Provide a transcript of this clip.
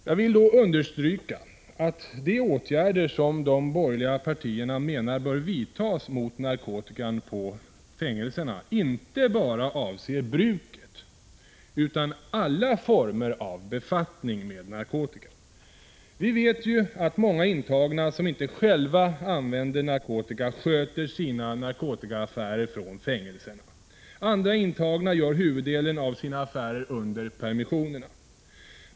Jag vill då understryka att de åtgärder som de borgerliga partierna menar bör vidtas mot narkotikan på fängelserna inte bara avser bruket, utan alla former av befattning med narkotika. Vi vet ju att många intagna, som inte själva använder narkotika, sköter sina narkotikaaffärer från fängelserna. Andra intagna gör huvuddelen av sina affärer under permissionerna.